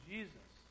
Jesus